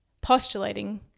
postulating